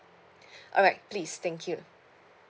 alright please thank you